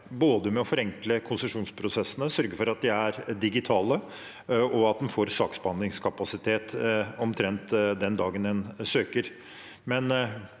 både med å forenkle konsesjonsprosessene, sørge for at de er digitale, og at en får saksbehandlingskapasitet omtrent den dagen en søker.